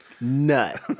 nut